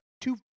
two